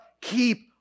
keep